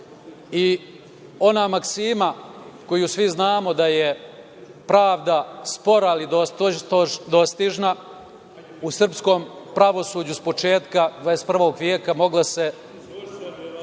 i ona maksima koju svi znamo da je pravda spora ali dostižna u srpskom pravosuđu s početka XXI veka, mogla se